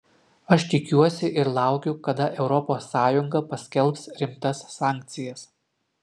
aš tikiuosi ir laukiu kada europos sąjunga paskelbs rimtas sankcijas